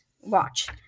watch